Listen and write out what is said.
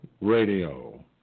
Radio